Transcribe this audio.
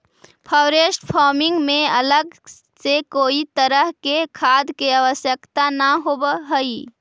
forest farming में अलग से कोई तरह के खाद के आवश्यकता न होवऽ हइ